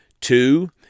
Two